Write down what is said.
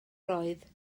roedd